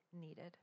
needed